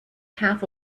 half